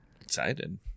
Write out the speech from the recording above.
excited